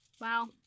Wow